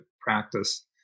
practice